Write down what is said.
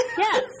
Yes